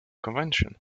convention